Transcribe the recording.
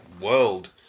world